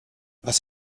was